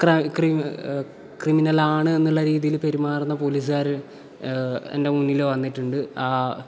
ക്രിമിനലാണ് എന്നുള്ള രീതിയിൽ പെരുമാറുന്ന പോലീസുകാരെ എൻ്റെ മുന്നിൽ വന്നിട്ടുണ്ട് ആ